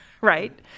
right